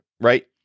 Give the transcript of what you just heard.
right